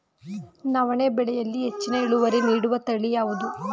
ನವಣೆ ಬೆಳೆಯಲ್ಲಿ ಹೆಚ್ಚಿನ ಇಳುವರಿ ನೀಡುವ ತಳಿ ಯಾವುದು?